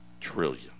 trillion